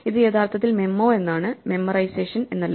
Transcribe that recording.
ഇത് യഥാർത്ഥത്തിൽ മെമ്മോ എന്നാണ് മെമോറൈസേഷൻ എന്നല്ല